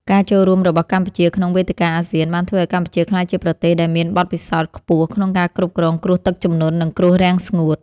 ការចូលរួមរបស់កម្ពុជាក្នុងវេទិកាអាស៊ានបានធ្វើឱ្យកម្ពុជាក្លាយជាប្រទេសដែលមានបទពិសោធន៍ខ្ពស់ក្នុងការគ្រប់គ្រងគ្រោះទឹកជំនន់ និងគ្រោះរាំងស្ងួត។